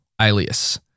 alias